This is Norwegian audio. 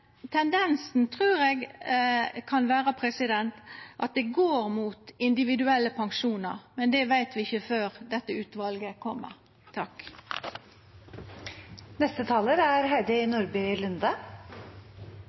tendensen kan vera at det går mot individuelle pensjonar, men det veit vi ikkje før dette utvalet kjem. Da